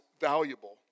valuable